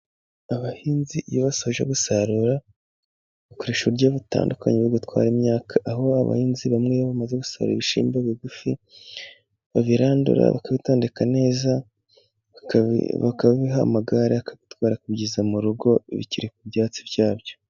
Abahinzi iyo basoje gusarura bakoresha uburyo butandukanye bwo gutwara imyaka, aho abahinzi bamwe bamaze gusara ibishimbo bigufi, babirandura bakatondeka neza, bakabiha amagarare akabitwara, akabigeza mu rugo bikiri ku byatsi bya byo.